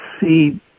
see